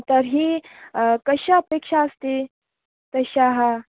तर्हि कस्य अपेक्षा अस्ति तस्याः